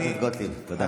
חברת הכנסת גוטליב, תודה.